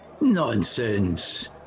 Nonsense